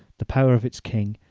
the power of its king,